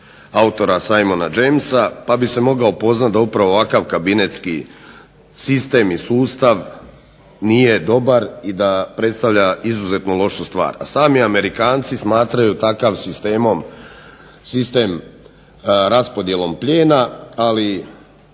autora Simona Jamesa, pa bi se mogao upoznati da upravo ovakav kabinetski sistem i sustav nije dobar i da predstavlja izuzetno lošu stvar. A sami Amerikanci smatraju takav sistem raspodjelom plijena. Ali